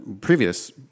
previous